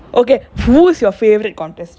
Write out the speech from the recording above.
okay who is your favourite contestant